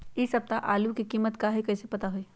इ सप्ताह में आलू के कीमत का है कईसे पता होई?